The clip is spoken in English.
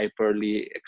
hyperly